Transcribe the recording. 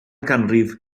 ganrif